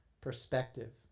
perspective